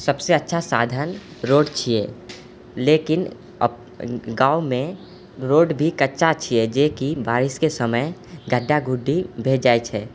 सबसँ अच्छा साधन रोड छियै लेकिन अप गावमे रोड भी कच्चा छियै जे कि बारिशके समय गड्ढा गुड्ढी भए जाइ छै